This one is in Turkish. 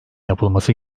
yapılması